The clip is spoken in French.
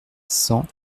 cent